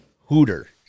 Hooter